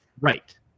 Right